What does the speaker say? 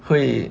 会